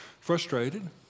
frustrated